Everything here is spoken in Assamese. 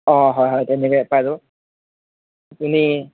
অঁ হয় হয় তেনেকে পাই যাব আপুনি